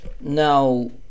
Now